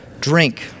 drink